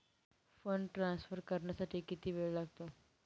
Fund transfer करण्यासाठी किती वेळ लागतो?